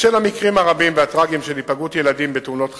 בשל המקרים הרבים והטרגיים של היפגעות ילדים בתאונות חצר,